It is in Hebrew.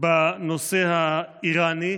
בנושא האיראני?